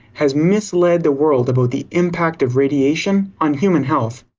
has mislead the world about the impact of radiation on human health.